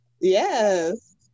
Yes